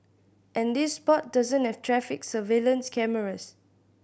and this spot doesn't have traffic surveillance cameras